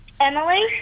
Emily